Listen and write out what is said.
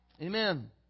Amen